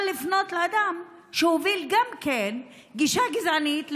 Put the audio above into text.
לפנות לאדם שהוביל גם כן גישה גזענית,